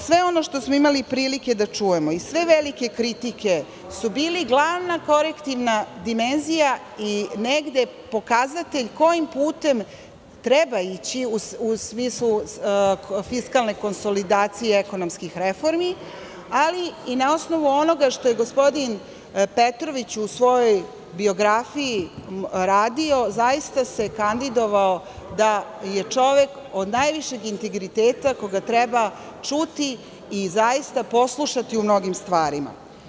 Sve ono što smo imali prilike da čujemo i sve velike kritike su bile glavna korektivna dimenzija i negde pokazatelj kojim putem treba ići u smislu fiskalne konsolidacije i ekonomskih reformi, ali i na osnovu onoga što je gospodin Petrović u svojoj biografiji radio, zaista se kandidovao, da je čovek od najvišeg integriteta koga treba čuti i zaista poslušati u mnogim stvarima.